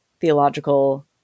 theological